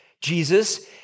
Jesus